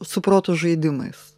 su proto žaidimais